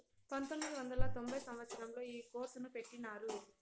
పంతొమ్మిది వందల తొంభై సంవచ్చరంలో ఈ కోర్సును పెట్టినారు